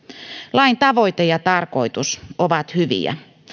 lain tavoite ja tarkoitus ovat hyviä